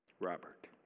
Robert